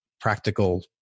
practical